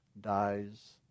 dies